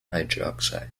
hydroxide